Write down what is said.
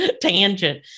tangent